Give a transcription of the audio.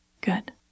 Good